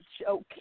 joke